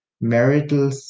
marital